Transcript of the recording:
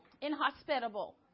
inhospitable